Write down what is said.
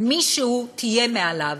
מישהו תהיה עליו,